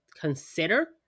consider